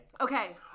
Okay